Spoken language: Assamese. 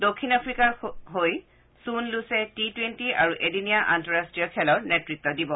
দক্ষিণ আফ্ৰিকাৰ হৈ চুন লুচে টি টুৱেণ্টি আৰু এদিনীয়া আন্তঃৰাষ্ট্ৰীয় খেলৰ নেতৃত্ব দিব